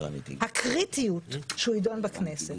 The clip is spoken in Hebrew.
הקריטיות שהוא יידון בכנסת.